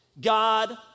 God